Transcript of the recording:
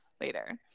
later